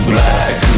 Black